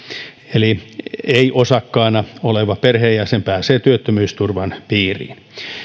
eli ei osakkaana oleva perheenjäsen pääsee työttömyysturvan piiriin